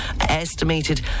estimated